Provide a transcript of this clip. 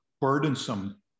burdensome